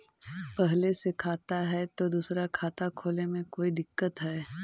पहले से खाता है तो दूसरा खाता खोले में कोई दिक्कत है?